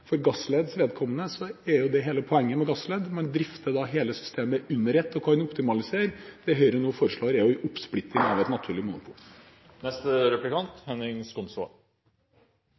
For Gassleds vedkommende er hele poenget at man drifter hele systemet under ett og kan optimalisere. Det Høyre nå foreslår, er en oppsplitting av et naturlig